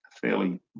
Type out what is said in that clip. fairly